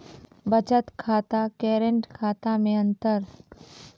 बचत खाता करेंट खाता मे अंतर?